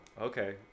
okay